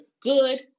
good